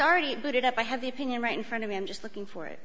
already booted up i have the opinion right in front of me i'm just looking for it